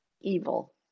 evil